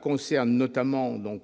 concernée